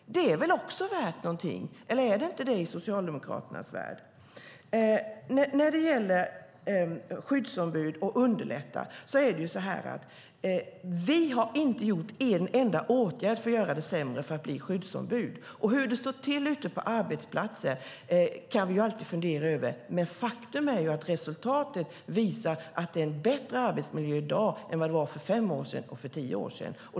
Det är väl också värt någonting, eller är det inte det i Socialdemokraternas värld? Vi har inte gjort en enda åtgärd för att försvåra för den som vill bli skyddsombud. Hur det står till ute på arbetsplatser kan vi alltid fundera över, men faktum är att resultatet visar att det är en bättre arbetsmiljö i dag än vad det var för fem och tio år sedan.